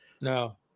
No